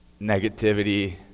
negativity